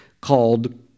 called